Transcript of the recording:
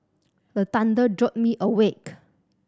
the thunder jolt me awake